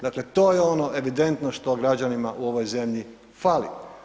Dakle, to je ono evidentno što građanima u ovoj zemlji fali.